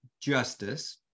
justice